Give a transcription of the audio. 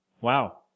Wow